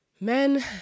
men